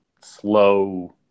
slow